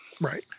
right